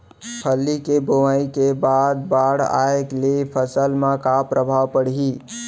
फल्ली के बोआई के बाद बाढ़ आये ले फसल मा का प्रभाव पड़ही?